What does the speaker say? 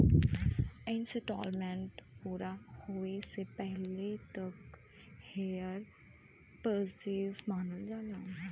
instalment पूरा होये से पहिले तक हायर परचेस मानल जाला